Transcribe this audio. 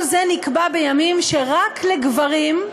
כל זה נקבע בימים שרק לגברים,